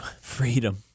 freedom